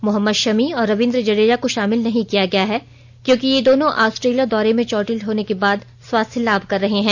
मोहम्मद शमी और रविन्द्र जड़ेजा को शामिल नहीं किया गया है क्योंकि ये दोनों आस्ट्रेलिया दौरे में चोटिल होने के बाद स्वास्थ्य लाभ कर रहे हैं